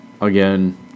Again